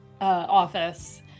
office